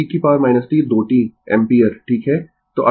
तो अर्थात t 0 से अधिक के लिए